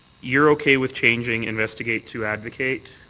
you're okay with changing investigate to advocate.